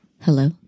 Hello